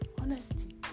Honesty